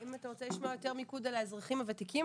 אם אתה רוצה לשמוע יותר מיקוד על האזרחים הוותיקים?